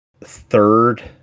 third